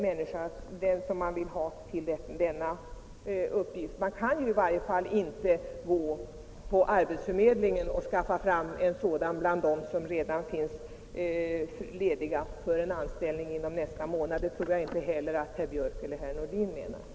Man kan i varje fall inte 133 Oljeutvinningsplattformar gå till arbetsförmedlingen och skaffa fram en sådan person bland dem som finns lediga för tillträde inom någon månad. Det tror jag inte heller att herrar Björck i Nässjö och Nordin menar.